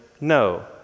No